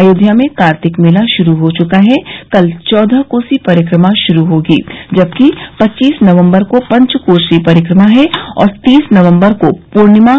अयोध्या में कार्तिक मेला शुरू हो चुका है कल चौदह कोसी परिक्रमा शुरू होगी जबकि पच्चीस नवम्बर को पचकोसी परिक्रमा है और तीस नवम्बर को पूर्णिमा